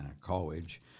college